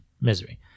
Misery